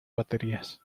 baterías